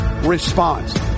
response